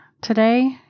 Today